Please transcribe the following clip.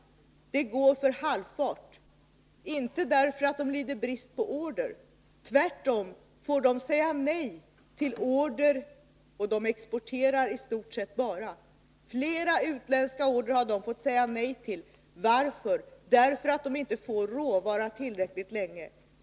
Verksamheten där går för halv fart, inte därför att man lider brist på order. Tvärtom får man säga nej till order — istort sett exporterar man bara. Flera utländska order har man fått säga nej till. Varför? Jo, därför att man inte får råvara tillräckligt länge.